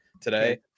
today